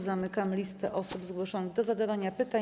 Zamykam listę osób zgłoszonych do zadawania pytań.